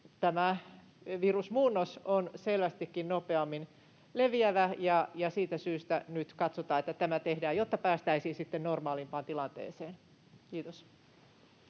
tämä virusmuunnos on selvästikin nopeammin leviävä. Siitä syystä nyt katsotaan, että tämä tehdään, jotta päästäisiin sitten normaalimpaan tilanteeseen. — Kiitos.